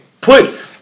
put